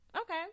Okay